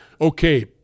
Okay